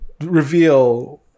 reveal